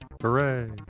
Hooray